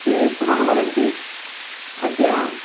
ते पुनः वदन्ति अद्य